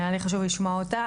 היה לי חשוב לשמוע אותה,